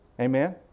Amen